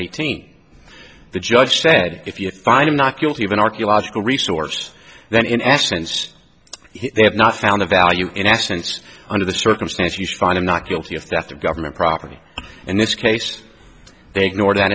eighteen the judge said if you find him not guilty of an archaeological resource then in essence they have not found a value in essence under the circumstance you find him not guilty of theft of government property in this case they ignored that